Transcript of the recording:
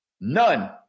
none